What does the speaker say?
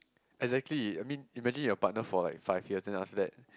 exactly I mean imagine you are partner for like five years then after that